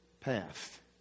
path